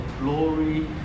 glory